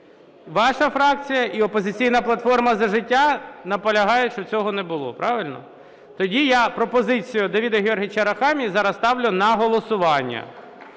Ваша фракція і "Опозиційна платформа – За життя" наполягають, щоб цього не було. Правильно? Тоді я пропозицію Давида Георгійовича Арахамії зараз ставлю на голосування: